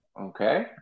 Okay